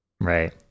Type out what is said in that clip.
Right